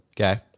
Okay